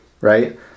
right